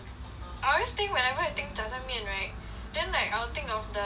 I always think whenever I think 炸酱面 right then I would think of the 担担